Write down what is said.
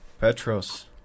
Petros